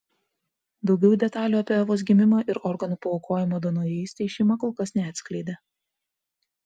daugiau detalių apie evos gimimą ir organų paaukojimą donorystei šeima kol kas neatskleidė